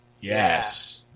Yes